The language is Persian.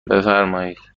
بفرمایید